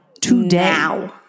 today